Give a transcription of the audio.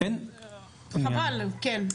חבל, כן.